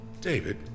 David